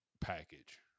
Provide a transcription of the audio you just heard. package